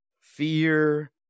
Fear